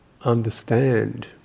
understand